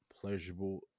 pleasurable